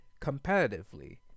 competitively